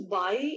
buy